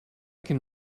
can